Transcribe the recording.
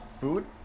food